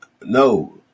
no